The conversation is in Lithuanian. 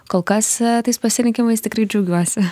kol kas tais pasirinkimais tikrai džiaugiuosi